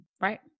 Right